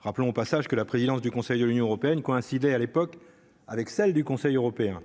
Rappelons au passage que la présidence du Conseil de l'Union Européenne coïncidait à l'époque avec celle du Conseil européen,